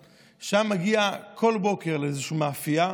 שומע,